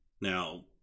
Now